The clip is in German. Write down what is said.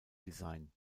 design